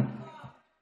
(הישיבה נפסקה בשעה